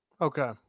okay